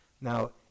Now